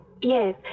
Yes